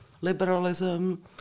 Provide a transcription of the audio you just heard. liberalism